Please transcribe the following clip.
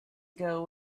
ago